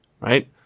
Right